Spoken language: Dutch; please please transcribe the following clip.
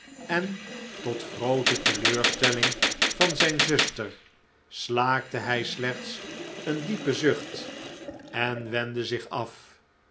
en tot groote teleurstelling van zijn zuster slaakte hij slechts een diepen zucht en wendde zich af